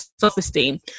self-esteem